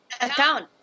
account